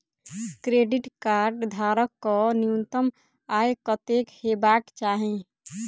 Credit card धारक कऽ न्यूनतम आय कत्तेक हेबाक चाहि?